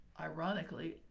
ironically